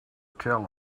tell